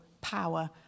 power